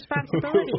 responsibility